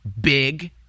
big